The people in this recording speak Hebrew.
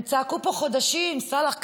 הם צעקו פה חודשים: סאלח,